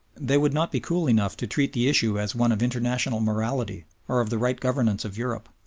they would not be cool enough to treat the issue as one of international morality or of the right governance of europe.